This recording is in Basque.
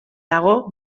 dago